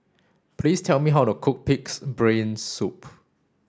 please tell me how to cook pig's brain soup